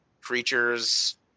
creatures